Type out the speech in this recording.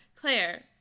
claire